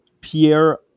Pierre